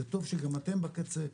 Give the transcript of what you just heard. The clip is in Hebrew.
זה טוב שגם אתם בקצה,